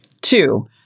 Two